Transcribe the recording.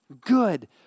good